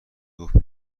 گفت